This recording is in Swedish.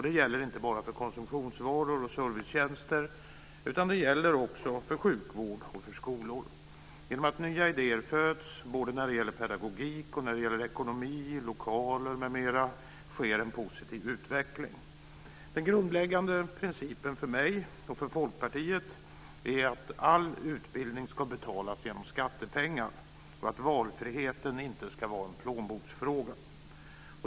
Det gäller inte bara för konsumtionsvaror och servicetjänster, utan det gäller också för sjukvård och för skolor. Genom att nya idéer föds när det gäller pedagogik, ekonomi, lokaler m.m. sker en positiv utveckling. Den grundläggande principen för mig och för Folkpartiet är att all utbildning ska betalas med skattepengar och att valfriheten inte ska vara en plånboksfråga.